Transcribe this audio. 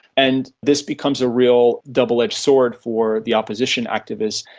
and this becomes a real double-edged sword for the opposition activists.